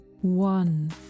one